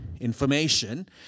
information